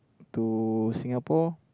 to Singapore